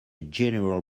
general